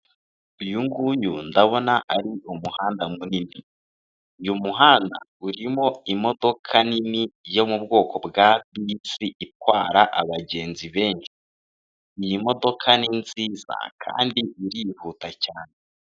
Uyu nguyu ndabona ari umuhanda munini ,uyu muhanda urimo imodoka nini yo mu bwoko bwa Bisi, itwara abagenzi benshi, iyi modoka ni nziza kandi rihuta cyane.